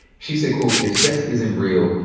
she said, quote, if sex isn't real,